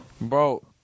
Bro